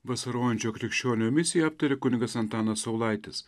vasarojančio krikščionio misija aptarė kunigas antanas saulaitis